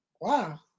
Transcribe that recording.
Wow